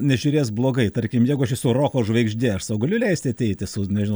nežiūrės blogai tarkim jeigu aš esu roko žvaigždė ar sau galiu leisti ateiti su nežinau